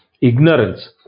ignorance